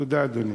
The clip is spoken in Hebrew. תודה, אדוני.